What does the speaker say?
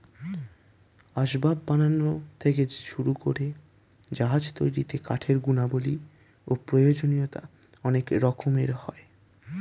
আসবাব বানানো থেকে শুরু করে জাহাজ তৈরিতে কাঠের গুণাবলী ও প্রয়োজনীয়তা অনেক রকমের হয়